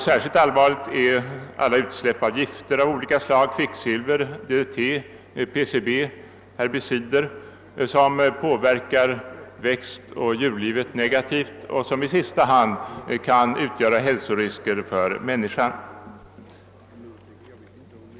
Särskilt allvarliga är alla utsläpp av gifter av olika slag — kvicksilver, DDT, PCB och herbicider — som påverkar växtoch djurlivet negativt och som i sista hand kan utgöra hälsorisker för människan.